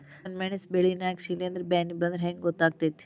ನನ್ ಮೆಣಸ್ ಬೆಳಿ ನಾಗ ಶಿಲೇಂಧ್ರ ಬ್ಯಾನಿ ಬಂದ್ರ ಹೆಂಗ್ ಗೋತಾಗ್ತೆತಿ?